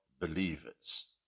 believers